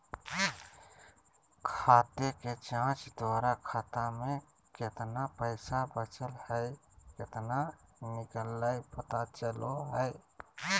खाते के जांच द्वारा खाता में केतना पैसा बचल हइ केतना निकलय पता चलो हइ